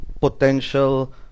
potential